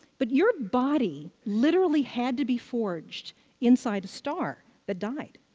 but your body literally had to be forged inside a star that died.